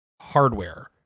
hardware